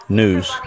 news